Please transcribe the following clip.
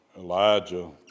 Elijah